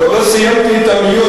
עוד לא סיימתי את המיון,